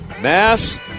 Mass